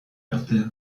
arte